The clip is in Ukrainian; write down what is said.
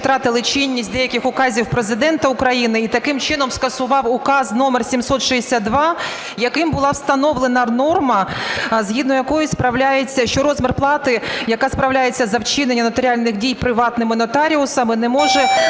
втратили чинність деяких указів Президента України, і таким чином, скасував Указ №762, яким була встановлена норма, згідно якої розмір плати, яка справляється за вчинення нотаріальних дій приватними нотаріусами, не може